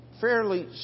fairly